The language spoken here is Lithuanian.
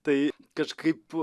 tai kažkaip